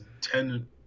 ten